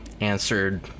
answered